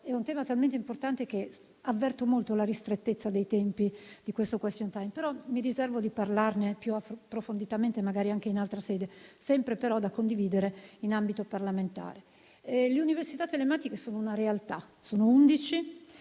è un tema talmente importante che avverto molto la ristrettezza dei tempi di un *question time*, però mi riservo di parlarne più approfonditamente magari in altra sede, sempre però da condividere in ambito parlamentare. Le università telematiche sono una realtà: sono